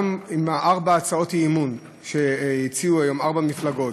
גם עם ארבע הצעות האי-אמון שהציעו היום ארבע מפלגות,